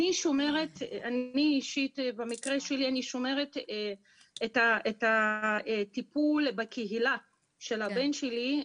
אני אישית שומרת את הטיפול בקהילה של הבן שלי,